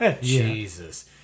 Jesus